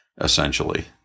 essentially